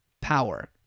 power